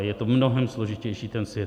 Je to mnohem složitější, ten svět.